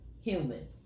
human